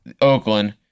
Oakland